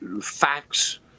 facts